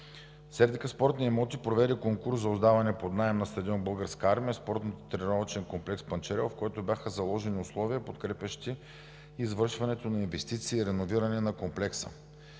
„Сердика спортни имоти“ проведе конкурс за отдаване под наем на стадион „Българска армия“ на Спортно-тренировъчен комплекс „Панчарево“, в който бяха заложени условия, подкрепящи извършването на инвестиции и реновиране на комплекса.